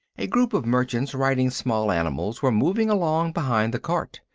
a group of merchants riding small animals were moving along behind the cart,